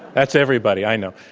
that's everybody, i know.